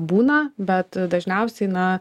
būna bet dažniausiai na